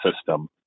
system